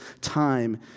time